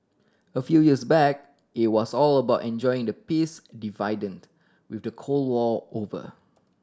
a few years back it was all about enjoying the peace dividend with the Cold War over